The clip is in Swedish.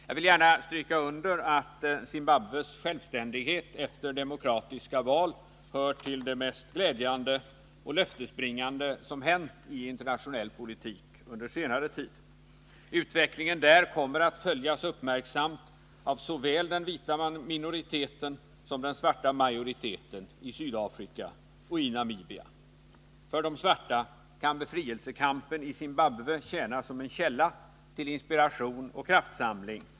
Jag vill gärna stryka under att Zimbabwes självständighet efter demokratiska val hör till det mest glädjande och löftesbringande som hänt i internationell politik under senare tid. Utvecklingen där kommer att följas uppmärksamt av såväl den vita minoriteten som av den svarta majoriteten i Sydafrika och Namibia. För de svarta kan befrielsekampen i Zimbabwe tjäna som en källa till inspiration och kraftsamling.